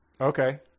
Okay